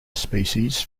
species